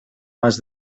más